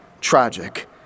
tragic